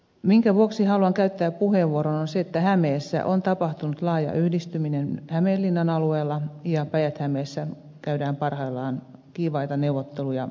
minkä vuoksi haluan käyttää puheenvuoron on se että hämeessä on tapahtunut laaja yhdistyminen hämeenlinnan alueella ja päijät hämeessä käydään parhaillaan kiivaita neuvotteluja yhdistymisestä